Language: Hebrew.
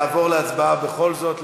אנחנו נעבור להצבעה בכל זאת,